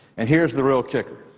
and here's the real kicker.